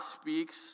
speaks